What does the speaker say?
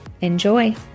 Enjoy